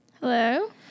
Hello